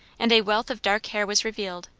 and a wealth of dark hair was revealed,